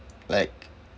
like